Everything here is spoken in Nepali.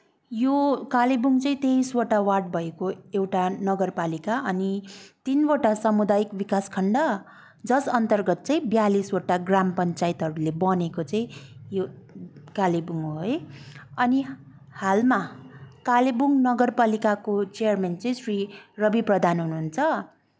यो कालिम्पोङ चाहिँ तेइसवटा वार्ड भएको एउटा नगरपालिका अनि तिनवटा समुदायिक विकास खण्ड जस अन्तर्गत चाहिँ ब्यालिसवटा ग्राम पञ्चायतहरूले बनेको चाहिँ यो कालिम्पोङ हो है अनि हालमा कालिम्पोङ नगरपालिकाको चेयरमेन चाहिँ श्री रवि प्रधान हुनुहुन्छ